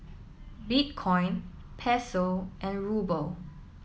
Bitcoin Peso and Ruble